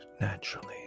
naturally